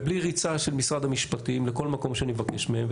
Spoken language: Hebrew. ובלי ריצה של משרד המשפטים לכל מקום שאני מבקש מהם,